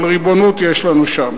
אבל ריבונות יש לנו שם,